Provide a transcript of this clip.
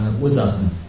Ursachen